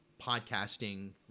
podcasting